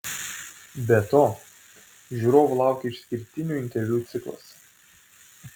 be to žiūrovų laukia išskirtinių interviu ciklas